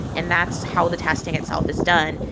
and that's how the testing itself is done.